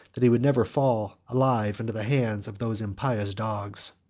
that he would never fall alive into the hands of those impious dogs.